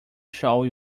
shall